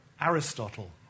Aristotle